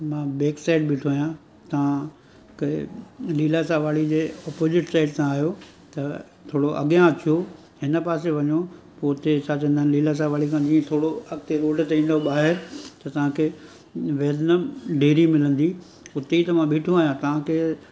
मां back side ॿिठो आहियां तव्हांजे लीलाशाह वाड़ी जे ऑपोजिट साइड था आयो त थोरो अॻियां अचो हिन पासे वञो पोइ हुते छा चईंदा आहिनि लीलाशाह वाड़ी खां जीअं थोरो अॻिते रोड ते ईंदव ॿाहिरि त तव्हांखे वैलनम डेरी मिलंदी हुते ई त मां ॿिठो आहियां तव्हांखे